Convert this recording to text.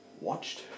Watched